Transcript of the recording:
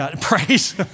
praise